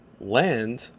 land